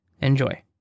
Enjoy